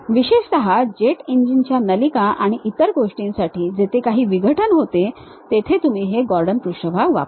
विशेषत जेट इंजिनच्या नलिका आणि इतर गोष्टींसाठी जेथे काही विघटन होते तेथे तुम्ही हे गॉर्डन पृष्ठभाग वापरता